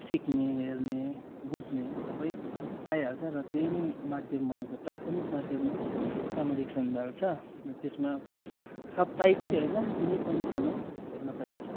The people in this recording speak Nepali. सिक्ने हेर्ने बुझ्ने सबै पाइहाल्छ र त्यही नै माध्यम बनेको छ प्राथमिक माध्यम नै सामाजिक सञ्जाल छ र त्यसमा साप्ताहिक चाहिँ होइन कुनै पनि समय हेर्न पाइन्छ